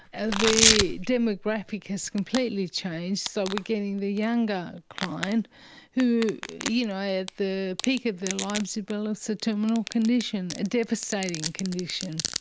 ah the demographic has completely changed, so we're getting the younger client who, you know, at the peak of their lives develops a terminal condition, a devastating condition.